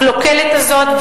הקלוקלת הזאת,